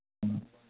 ꯎꯝ